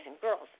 girls